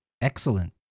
Excellent